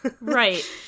Right